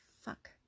Fuck